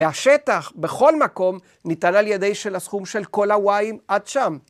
והשטח בכל מקום ניתן על ידי של הסכום של כל הוואים עד שם.